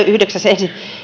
yhdeksäs